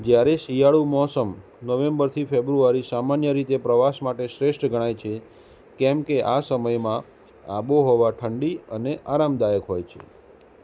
જ્યારે શિયાળુ મોસમ નવેમ્બરથી ફેબ્રુઆરી સામાન્ય રીતે પ્રવાસ માટે શ્રેષ્ઠ ગણાય છે કેમકે આ સમયમાં આબોહવા ઠંડી અને આરામદાયક હોય છે